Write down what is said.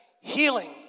healing